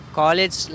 college